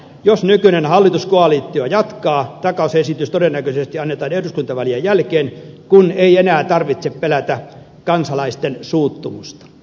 jos nykyinen hallituskoalitio jatkaa takausesitys todennäköisesti annetaan eduskuntavaalien jälkeen kun ei enää tarvitse pelätä kansalaisten suuttumusta